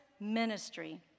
ministry